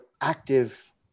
active